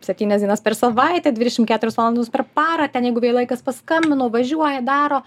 septynias dienas per savaitę dvidešim keturios valandos per parą ten jeigu vėlai kas paskambino važiuoja daro